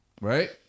right